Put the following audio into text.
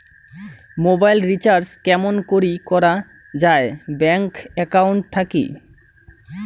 Mobile recharge কেমন করি করা যায় ব্যাংক একাউন্ট থাকি?